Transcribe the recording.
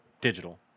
digital